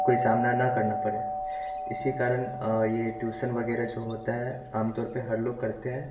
कोई सामना ना करना पड़े इसी कारण ये ट्यूशन वगैरह जो होता है आमतौर पे हर लोग करते हैं